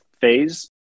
phase